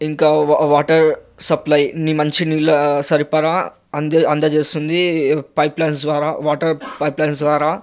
ఇంకా water supply నీ మంచి నీళ్ల సరఫరా అంద అందచేస్తుంది పైప్ లైన్స్ ద్వారా వాటర్ పైప్ లైన్స్ ద్వారా